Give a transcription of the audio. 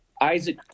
Isaac